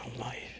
life